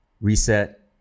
Reset